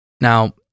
now